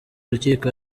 rukiko